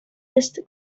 east